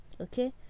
okay